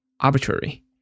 arbitrary